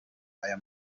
aya